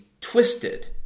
twisted